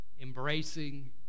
embracing